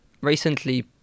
recently